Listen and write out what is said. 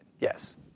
yes